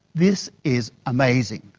this is amazing.